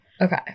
Okay